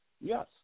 yes